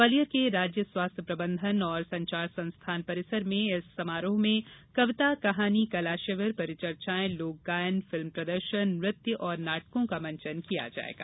ग्वालियर के राज्य स्वास्थ्य प्रबंधन एवं संचार संस्थान परिसर में इस समारोह में कविता कहानी कला शिविर परिचर्चाएँ लोक गायन फिल्म प्रदर्शन नृत्य एवं नाटकों का मंथन किया जायेगा